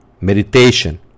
meditation